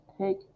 Take